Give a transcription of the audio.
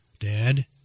Dad